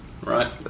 Right